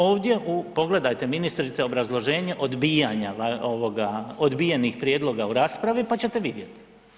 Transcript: Ovdje, pogledajte ministrice u obrazloženju odbijenih prijedloga u raspravi pa ćete vidjet.